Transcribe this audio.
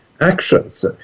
actions